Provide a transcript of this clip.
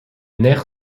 nerf